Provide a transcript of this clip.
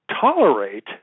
tolerate